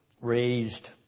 raised